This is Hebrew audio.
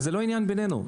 זה לא עניין בינינו.